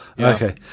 Okay